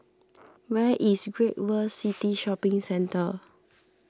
where is Great World City Shopping Centre